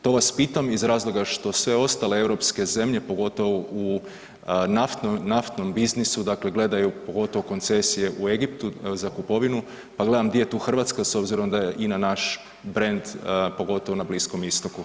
To vas pitam iz razloga što sve ostale europske zemlje pogotovo u naftnom biznisu dakle gledaju pogotovo koncesije u Egiptu za kupovinu, pa gledam gdje je tu Hrvatska s obzirom da je INA naš brend pogotovo na Bliskom Istoku.